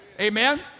Amen